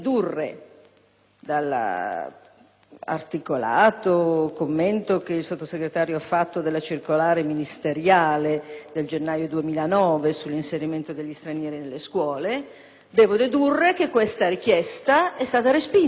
dall'articolato commento che il Sottosegretario ha fatto della circolare ministeriale del gennaio 2009 sull'inserimento degli stranieri nelle scuole devo dedurre che quella richiesta è stata respinta,